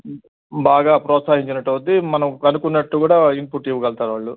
బాగా ప్రోత్సాహించినట్టు అవుద్ది మనం కనుకున్నట్టు కూడా ఇన్పుట్ ఇవ్వగలగుతారు వాళ్ళు